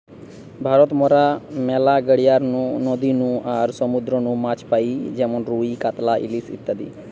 ভারত মরা ম্যালা গড়িয়ার নু, নদী নু আর সমুদ্র নু মাছ পাই যেমন রুই, কাতলা, ইলিশ ইত্যাদি